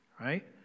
right